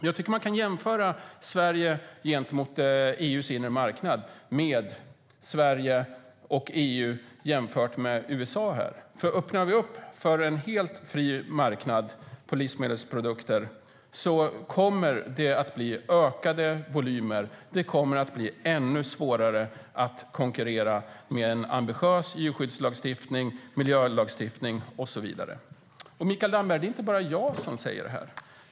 Jag tycker att man kan jämföra Sverige gentemot EU:s inre marknad med Sverige och EU jämfört med USA här, för öppnar vi upp för en helt fri marknad av livsmedelsprodukter kommer det att bli ökade volymer. Det kommer att bli ännu svårare att konkurrera med en ambitiös djurskyddslagstiftning, miljölagstiftning och så vidare. Mikael Damberg, det är inte bara jag som säger det här.